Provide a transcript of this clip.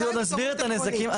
אנחנו נסביר את הנזקים.